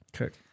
Okay